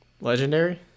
Legendary